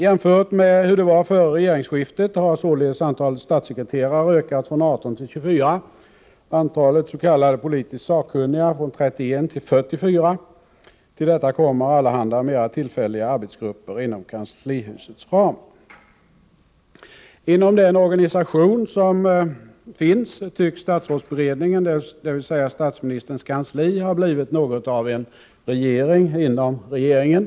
Jämfört med hur det var före regeringsskiftet har således antalet statssekreterare ökat från 18 till 24 och antalet s.k. politiskt sakkunniga från 31 till 44. Till detta kommer allehanda mera tillfälliga arbetsgrupper inom kanslihusets ram. Inom den organisation som finns tycks statsrådsberedningen, dvs. statsministerns kansli, ha blivit något av en regering inom regeringen.